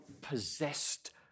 possessed